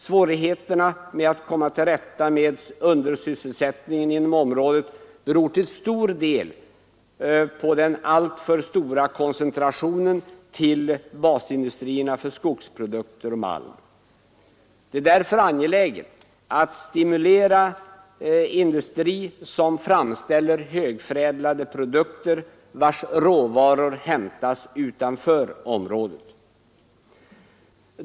Svårigheterna att komma till rätta med undersysselsättningen i denna del av landet beror på stor del på den alltför stora koncentrationen till basindustrierna för skogsprodukter och malm. Därför är det angeläget att stimulera industri som framställer högförädlade produkter vilkas råvaror hämtas utanför området.